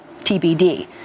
TBD